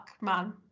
man